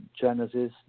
Genesis